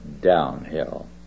downhill